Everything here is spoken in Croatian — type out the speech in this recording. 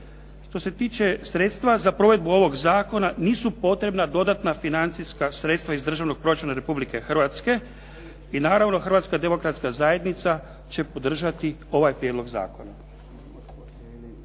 Što se tiče sredstva za provedbu ovoga zakona nisu potrebna dodatna financijska sredstva iz državnog proračuna Republike Hrvatske i naravno Hrvatska Demokratska Zajednica će podržati ovaj prijedlog zakona.